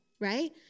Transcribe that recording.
right